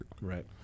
Right